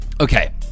Okay